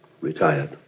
retired